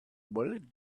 bullet